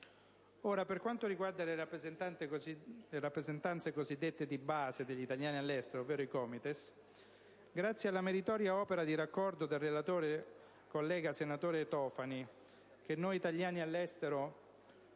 per quanto riguarda le rappresentanze cosiddette di base degli italiani all'estero (ovvero i COMITES), grazie alla meritoria opera di raccordo del relatore collega senatore Tofani (che noi italiani all'estero